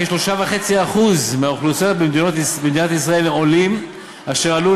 כ-3.5% מהאוכלוסייה במדינת ישראל הם עולים אשר עלו